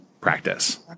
practice